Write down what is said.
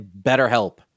BetterHelp